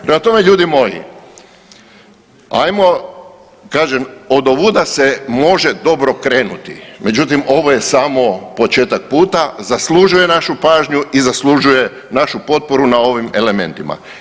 Prema tome, ljudi moji, ajmo, kažem, odovuda se može dobro krenuti, međutim, ovo je samo početak puta, zaslužuje našu pažnju i zaslužuje naši potporu na ovim elementima.